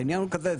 העניין הוא כזה,